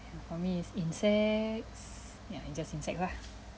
for me it's insects ya it's just insects lah